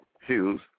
Hughes